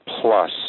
plus